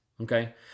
Okay